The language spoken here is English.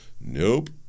Nope